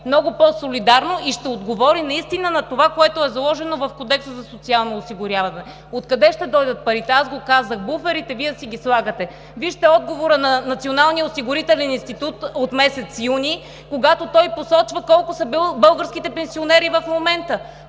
много по-солидарно и ще отговори наистина на това, което е заложено в Кодекса за социално осигуряване. Откъде ще дойдат парите? Аз го казах, буферите Вие си ги слагате. Вижте отговора на Националния осигурителен институт от месец юни, когато той посочва колко са българските пенсионери в момента.